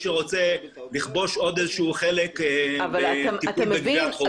שרוצה לכבוש עוד חלק בטיפול בגביית חובות.